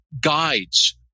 guides